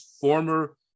former